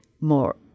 more